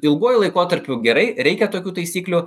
ilguoju laikotarpiu gerai reikia tokių taisyklių